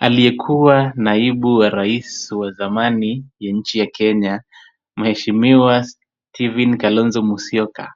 Aliyekuwa naibu wa rais wa zamani ya nchi ya Kenya mheshimiwa Steven Kalonzo Musyoka,